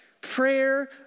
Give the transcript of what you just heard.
prayer